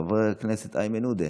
חבר הכנסת גלעד קריב,